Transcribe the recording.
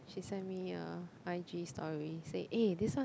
she send me a i_g story say eh this one